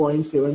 75 14